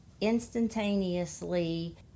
instantaneously